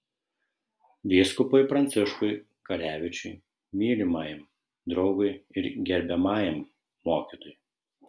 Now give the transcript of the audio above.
vyskupui pranciškui karevičiui mylimajam draugui ir gerbiamajam mokytojui